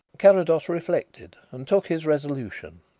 carrados reflected and took his resolution.